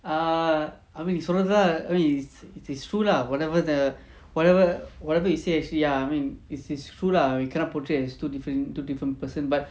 uh I mean நீசொன்னதுக்காக:nee sonnathukaga I mean it's it's true lah whatever the whatever whatever you say actually ya I mean it's it's true lah we cannot portray as two different two different person but